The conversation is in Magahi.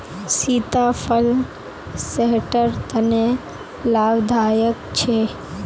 सीताफल सेहटर तने लाभदायक छे